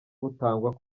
butangwa